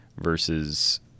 versus